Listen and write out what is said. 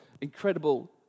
incredible